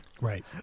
Right